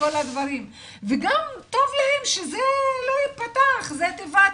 וכל זה וגם טוב להם שזה לא ייפתח-זו תיבת